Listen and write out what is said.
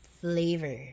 flavor